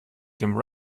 dem